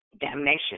damnation